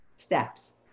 Steps